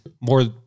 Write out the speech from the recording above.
more